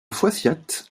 foissiat